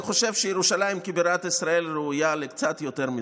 אני חושב שירושלים כבירת ישראל ראויה לקצת יותר מזה.